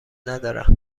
ندارن